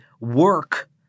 work